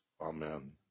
Amen